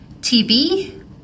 TB